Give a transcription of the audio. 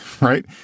right